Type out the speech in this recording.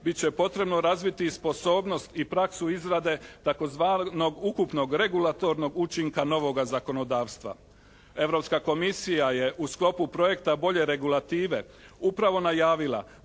bit će potrebno razviti i sposobnost i praksu izrade tzv. ukupnog regulatornog učinka novoga zakonodavstva. Europska komisija je u sklopu projekta bolje regulative upravo najavila